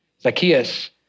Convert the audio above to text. Zacchaeus